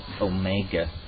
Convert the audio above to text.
Omega